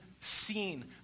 seen